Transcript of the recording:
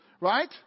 Right